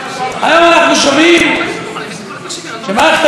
היום אנחנו שומעים שמערכת הביטחון,